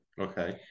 Okay